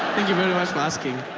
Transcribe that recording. thank you very much for asking.